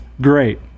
great